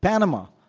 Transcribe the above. panama.